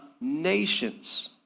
nations